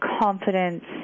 confidence